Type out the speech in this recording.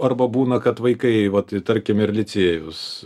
arba būna kad vaikai vat tarkim ir licėjus